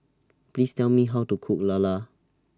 Please Tell Me How to Cook Lala